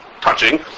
touching